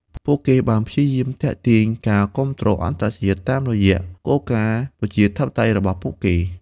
ពួកគេបានព្យាយាមទាក់ទាញការគាំទ្រអន្តរជាតិតាមរយៈគោលការណ៍ប្រជាធិបតេយ្យរបស់ពួកគេ។